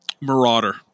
Marauder